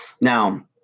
Now